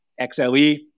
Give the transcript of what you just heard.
XLE